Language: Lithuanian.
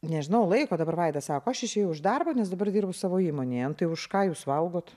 nežinau laiko dabar vaidas sako aš išėjau iš darbo nes dabar dirbu savo įmonėje tai už ką jūs valgot